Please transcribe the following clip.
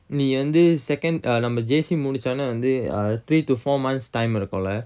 நீ வந்து:nee vanthu second err நம்ம:namma J_C முடிச்சோன வந்து:mudichona vanthu err three to four months time இருக்கும்:irukkum lah